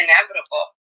inevitable